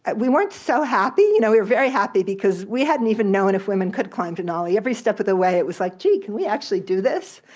and we weren't so happy. you know we were very happy, because we hadn't even know and if women could climb denali. every step of the way it was like, can can we actually do this,